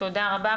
תודה רבה.